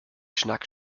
schnack